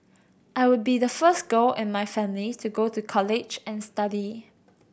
I would be the first girl in my family to go to college and study